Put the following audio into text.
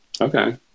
Okay